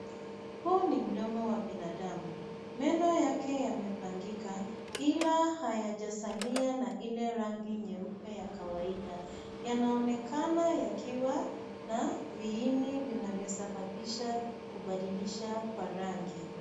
Huu ni mdomo wa binadamu. Meno yake yamepangika ila hayajasalia na ile rangi nyeupe ya kawaida. Yanaonekana yakiwa na viini vinavyosababiasha kubadilisha kwa rangi.